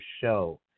show